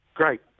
Great